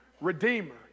redeemer